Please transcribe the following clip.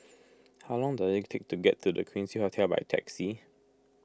how long does it take to get to the Quincy Hotel by taxi